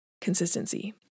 consistency